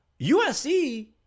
USC